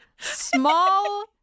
small